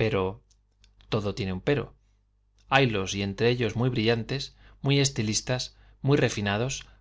perp todo tiene un pero haylos entre ellos muy brillantes muy estilistas muy